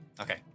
okay